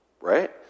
right